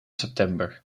september